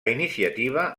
iniciativa